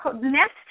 next